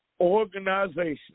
organization